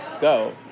go